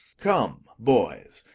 come, boys,